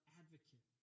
advocate